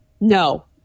no